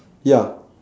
ya